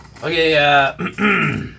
Okay